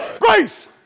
Grace